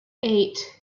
eight